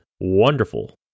wonderful